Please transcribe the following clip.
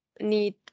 need